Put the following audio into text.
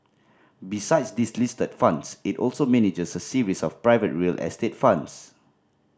besides these listed funds it also manages a series of private real estate funds